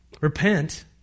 Repent